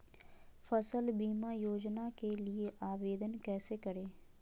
फसल बीमा योजना के लिए आवेदन कैसे करें?